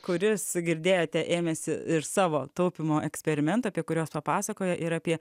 kuris girdėjote ėmėsi ir savo taupymo eksperimentų apie kuriuos papasakojo ir apie